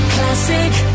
Classic